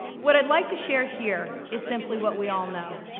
what i'd like to share here, is simply what we all know.